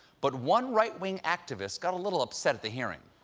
but one right-wing activist got a little upset at the hearing.